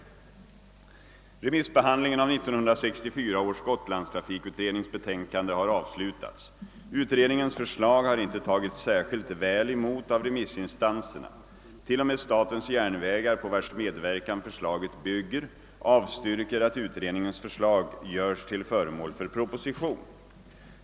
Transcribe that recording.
Remissbehandlingen av 1964 års Gotlandstrafikutrednings betänkande har avslutats. Utredningens förslag har inte tagits särskilt väl emot av remissinstanserna. Till och med statens järnvägar, på vars medverkan förslaget bygger, avstyrker att utredningens förslag görs till föremål för proposition.